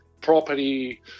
property